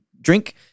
Drink